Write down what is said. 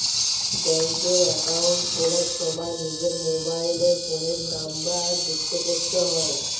ব্যাঙ্কে অ্যাকাউন্ট খোলার সময় নিজের মোবাইল ফোনের নাম্বার সংযুক্ত করতে হয়